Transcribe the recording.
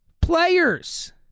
players